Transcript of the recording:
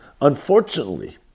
Unfortunately